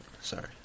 Sorry